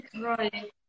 Right